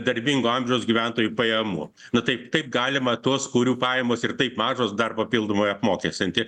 darbingo amžiaus gyventojų pajamų na taip taip galima tuos kurių pajamos ir taip mažos dar papildomai apmokestinti